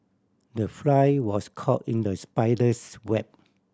the fly was caught in the spider's web